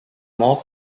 more